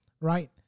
right